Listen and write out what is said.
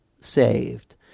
saved